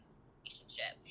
relationship